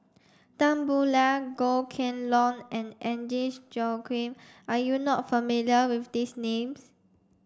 Tan Boo Liat Goh Kheng Long and Agnes Joaquim are you not familiar with these names